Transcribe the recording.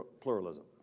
Pluralism